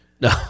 No